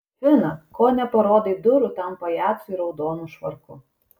fina ko neparodai durų tam pajacui raudonu švarku